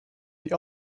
die